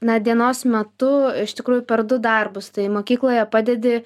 na dienos metu iš tikrųjų per du darbus tai mokykloje padedi